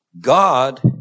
God